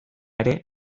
ere